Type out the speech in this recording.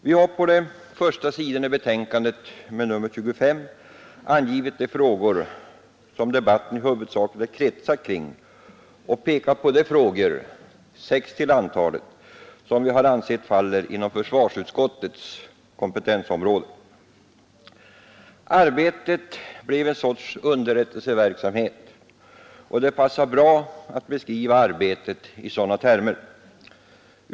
Vi har på de första sidorna i betänkandet angivit de frågor som debatten i huvudsak har kretsat kring och pekat på de sex frågor som vi har ansett falla inom försvarsutskottets kompetensområde. Arbetet blev en sorts underrättelseverksamhet, och det passar bra att beskriva arbetet i sådana termer.